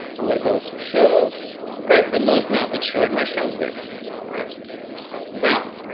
i'm going to go to shows great and notice. now it's showing my shows there right now.